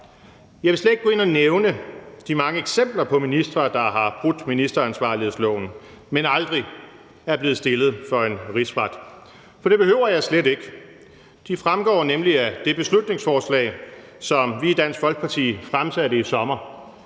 Jeg vil slet ikke gå ind og nævne de mange eksempler på ministre, der har brudt ministeransvarlighedsloven, men aldrig er blevet stillet for en rigsret, for det behøver jeg slet ikke. Det fremgår nemlig af det beslutningsforslag, som vi i Dansk Folkeparti fremsatte i sommer,